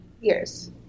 Years